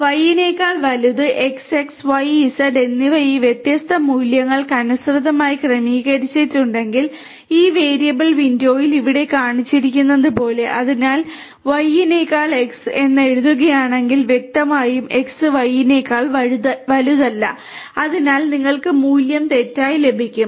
അതിനാൽ Y നേക്കാൾ വലുത് X X Y Z എന്നിവ ഈ വ്യത്യസ്ത മൂല്യങ്ങൾക്കനുസൃതമായി ക്രമീകരിച്ചിട്ടുണ്ടെങ്കിൽ ഈ വേരിയബിൾ വിൻഡോയിൽ ഇവിടെ കാണിച്ചിരിക്കുന്നതുപോലെ അതിനാൽ നിങ്ങൾ Y നെക്കാൾ X എന്ന് എഴുതുകയാണെങ്കിൽ വ്യക്തമായും X Y നേക്കാൾ വലുതല്ല അതിനാൽ നിങ്ങൾക്ക് മൂല്യം തെറ്റായി ലഭിക്കും